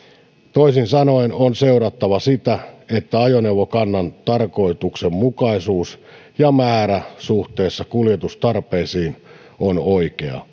toisin sanoen on seurattava sitä että ajoneuvokannan tarkoituksenmukaisuus ja määrä suhteessa kuljetustarpeisiin on oikea